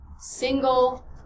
single